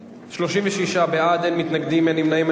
36 בעד, אין מתנגדים, אין נמנעים.